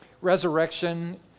resurrection